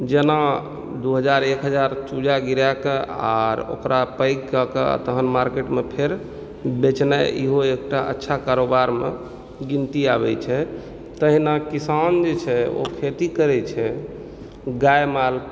जेना दू हजार एक हजार चूजा गिराय कऽ आर ओकरा पैघ कए कऽ तखन मार्केटमे फेर बेचने इहो एकटा अच्छा कारोबार मे गिनती आबै छै तहिना किसान जे छै ओ खेती करै छै गाय माल